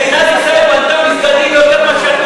מדינת ישראל בונה מסגדים יותר מאשר,